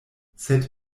sed